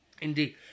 Indeed